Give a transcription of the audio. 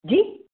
जी